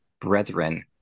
brethren